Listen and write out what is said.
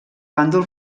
bàndol